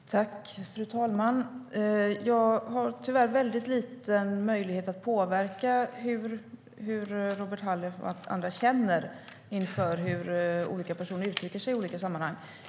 STYLEREF Kantrubrik \* MERGEFORMAT KommunikationerFru talman! Jag har tyvärr väldigt liten möjlighet att påverka hur Robert Halef och andra känner inför hur olika personer uttrycker sig i olika sammanhang.